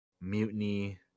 Mutiny